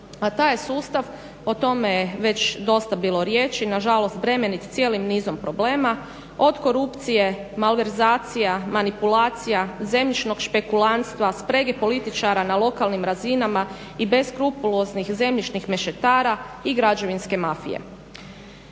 je sustav o tome već dosta bilo riječi, nažalost bremenit cijelim nizom problema, od korupcije, malverzacija, manipulacija, zemljišnog špekulantstva, sprege političara na lokalnim razinama i beskrupuloznih zemljišnih mešetara i građevinske mafije.